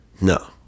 No